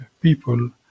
people